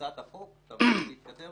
שהצעת חוק צריכה להתקדם